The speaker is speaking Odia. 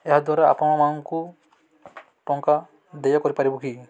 ଏହାଦ୍ଵାରା ଆପଣ ମାନଙ୍କୁ ଟଙ୍କା ଦୟା କରିପାରିବୁ କି